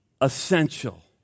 essential